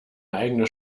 eigene